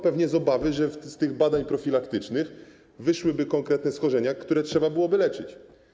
Pewnie z obawy, że wyniki tych badań profilaktycznych wskazałyby na konkretne schorzenia, które trzeba byłoby leczyć.